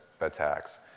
attacks